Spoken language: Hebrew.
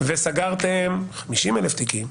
וסגרתם 50,000 תיקים,